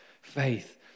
faith